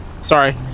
Sorry